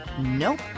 nope